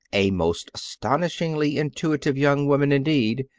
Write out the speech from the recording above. a most astonishingly intuitive young woman indeed,